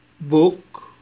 book